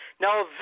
Now